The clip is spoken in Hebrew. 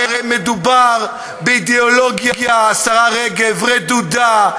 הרי מדובר באידיאולוגיה, השרה רגב, רדודה,